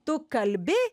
tu kalbi